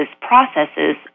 processes